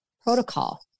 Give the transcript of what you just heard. protocol